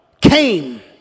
came